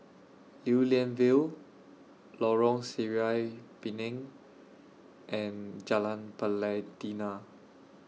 Lew Lian Vale Lorong Sireh Pinang and Jalan Pelatina